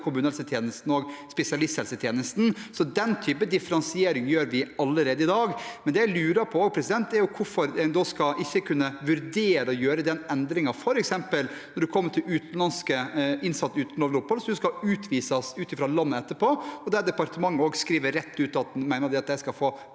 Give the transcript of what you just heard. kommunehelsetjenesten og spesialisthelsetjenesten, så den type differensiering gjør vi allerede i dag. Det jeg lurer på, er hvorfor en da ikke kan vurdere å gjøre den endringen f.eks. når det gjelder utenlandske innsatte uten lovlig opphold, som skal utvises fra landet etterpå, og der departementet også skriver rett ut at en mener at de skal få